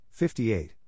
58